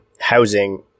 housing